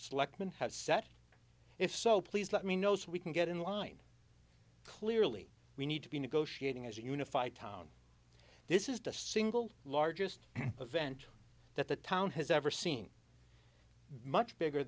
selectmen has set if so please let me know so we can get in line clearly we need to be negotiating as a unified town this is the single largest event that the town has ever seen much bigger